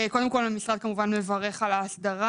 קודם כל, המשרד כמובן מברך על האסדרה.